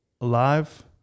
alive